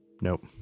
Nope